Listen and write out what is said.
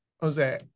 Jose